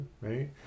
right